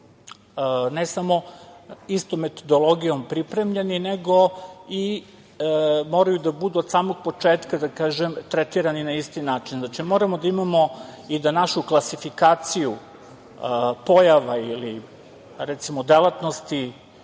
ne samo istom metodologijom pripremljeni, nego moraju da budu od samog početka tretirani na isti način. Znači, moramo da imamo i da našu klasifikaciju pojava ili recimo, delatnosti